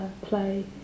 play